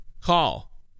call